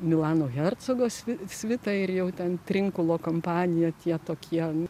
milano hercogas svita ir jau ten trinkulo kompanija tie tokie